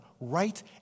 right